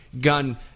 gun –